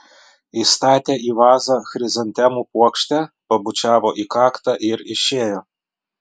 įstatė į vazą chrizantemų puokštę pabučiavo į kaktą ir išėjo